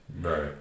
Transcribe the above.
Right